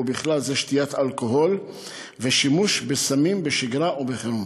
ובכלל זה שתיית אלכוהול ושימוש בסמים בשגרה ובחירום.